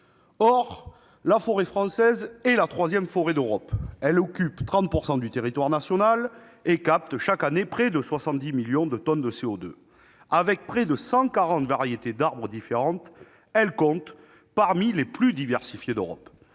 Or la forêt française est la troisième forêt d'Europe : elle occupe 30 % du territoire national et capte chaque année près de 70 millions de tonnes de CO2. Avec près de 140 variétés d'arbres différentes, elle compte parmi les plus diversifiées d'Europe.